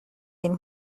فیلم